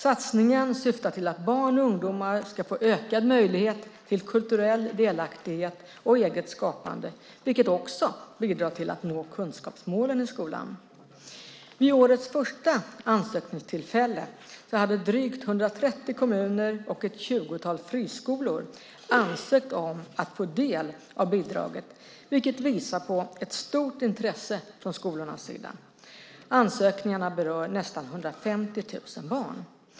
Satsningen syftar till att barn och ungdomar ska få ökad möjlighet till kulturell delaktighet och eget skapande, vilket också bidrar till att nå kunskapsmålen i skolan. Vid årets första ansökningstillfälle hade drygt 130 kommuner och ett tjugotal friskolor ansökt om att få del av bidraget, vilket visar på ett stort intresse från skolornas sida. Ansökningarna berör nästan 150 000 barn.